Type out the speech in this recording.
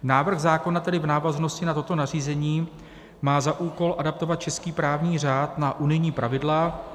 Návrh zákona tedy v návaznosti na toto nařízení má za úkol adaptovat český právní řád na unijní pravidla.